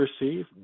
receive